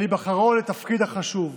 על היבחרו לתפקיד החשוב.